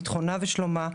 ביטחונה ושלומה,